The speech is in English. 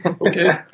Okay